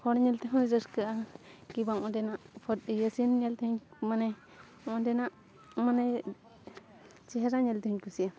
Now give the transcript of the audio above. ᱦᱚᱲ ᱧᱮᱞ ᱛᱮᱦᱚᱸᱧ ᱨᱟᱹᱥᱠᱟᱹᱜᱼᱟ ᱠᱤ ᱵᱟᱝ ᱚᱸᱰᱮᱱᱟᱜ ᱯᱷᱚᱨ ᱤᱭᱟᱹ ᱥᱤᱱ ᱧᱮᱞ ᱛᱮᱦᱚᱧ ᱢᱟᱱᱮ ᱚᱸᱰᱮᱱᱟᱜ ᱢᱟᱱᱮ ᱪᱮᱦᱨᱟ ᱧᱮᱞ ᱛᱮᱦᱚᱧ ᱠᱩᱥᱤᱜᱼᱟ